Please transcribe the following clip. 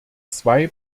zwei